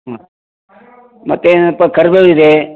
ಹಾಂ ಮತ್ತು ಏನಪ್ಪ ಕರ್ಬೇವು ಇದೆ